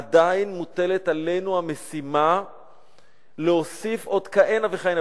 עדיין מוטלת עלינו המשימה להוסיף עוד כהנה וכהנה,